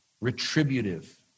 Retributive